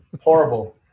horrible